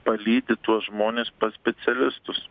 palydi tuos žmones pas specialistus